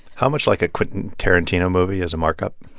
how much like a quentin tarantino movie is a markup?